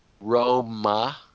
Roma